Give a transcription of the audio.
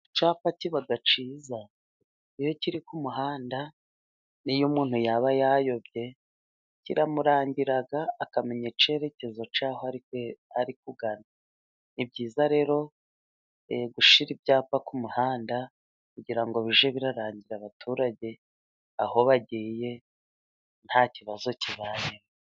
Icyapa kiba cyiza, iyo kiri ku muhanda n'iyo umuntu yaba yayobye kiramurangira akamenya icyerekezo cy'aho ari kugana. Ni byiza rero gushyira ibyapa ku muhanda kugira ngo bijye birarangira abaturage aho bagiye nta kibazo kibaye.